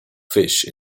fish